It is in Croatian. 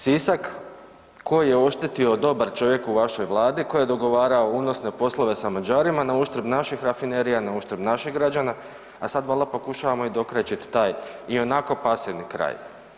Sisak koji je oštetio dobar čovjek u vašoj Vladi, koji je dogovarao unosne poslove sa Mađarima nauštrb naših rafinerija, nauštrb naših građana a sad valjda pokušavamo i dokrajčit taj i onako pasivni kraj.